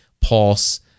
pulse